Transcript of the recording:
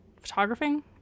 photographing